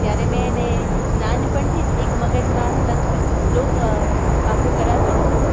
ત્યારે મેં એને નાનપણથી જ એક મગજમાં સંસ્કૃત શ્લોક પાકો કરાવ્યો હતો